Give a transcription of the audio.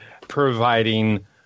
providing